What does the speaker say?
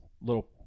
little